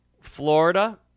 Florida